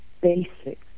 basic